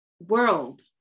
world